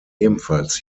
ebenfalls